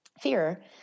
fear